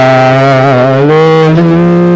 Hallelujah